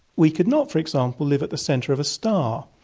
we could not, for example, live at the centre of a star,